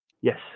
Yes